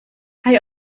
hij